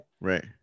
Right